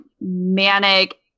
manic